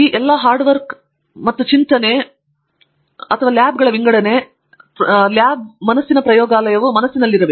ಎಲ್ಲಾ ಈ ಹಾರ್ಡ್ ಕೆಲಸ ಮತ್ತು ಎಲ್ಲಾ ಈ ಚಿಂತನೆಯ ಮತ್ತು ಎಲ್ಲಾ ಲ್ಯಾಬ್ಗಳ ವಿಂಗಡಣೆ ಲ್ಯಾಬ್ ಮನಸ್ಸಿನ ಪ್ರಯೋಗಾಲಯವು ಮನಸ್ಸಿನಲ್ಲಿದೆ